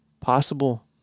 possible